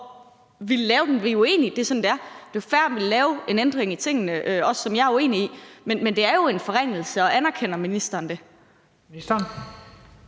Vi er uenige, og det er sådan, det er. Det er fair, at man vil lave en ændring i tingene, også en, som jeg er uenig i. Men det er jo en forringelse, og anerkender ministeren det?